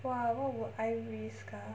!wah! what would I risk ah